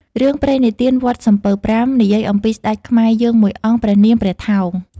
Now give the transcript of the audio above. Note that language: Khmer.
រឿងព្រេងនិទាន «វត្តសំពៅប្រាំ» និយាយអំពីស្ដេចខ្មែរយើងមួយអង្គ ព្រះនាមព្រះថោង ។